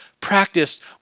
practiced